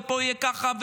פה יהיה ככה,